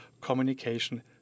communication